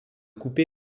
coupé